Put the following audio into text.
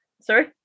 Sorry